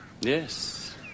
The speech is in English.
Yes